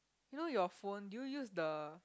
you know your phone do you use the